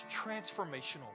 transformational